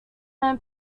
men